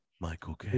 Michael